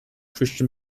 christian